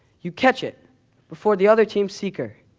you catch it before the other team's seeker.